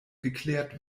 geklärt